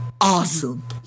awesome